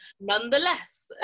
nonetheless